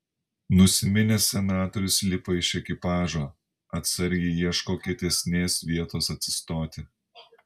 nusiminęs senatorius lipa iš ekipažo atsargiai ieško kietesnės vietos atsistoti